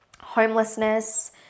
homelessness